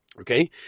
Okay